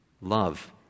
Love